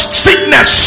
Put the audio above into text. sickness